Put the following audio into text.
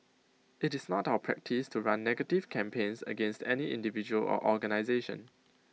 IT is not our practice to run negative campaigns against any individual or organisation